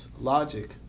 logic